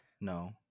No